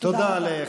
תודה רבה.